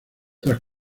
tras